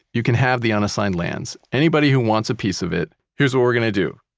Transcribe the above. you can have the unassigned lands. anybody who wants a piece of it. here's what we're going to do.